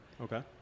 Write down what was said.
Okay